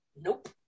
Nope